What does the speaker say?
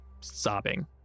sobbing